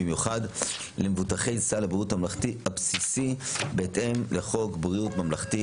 במיוחד למבוטחי סל בריאות ממלכתי הבסיסי בהתאם לחוק בריאות ממלכתי